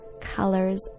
colors